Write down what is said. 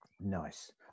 Nice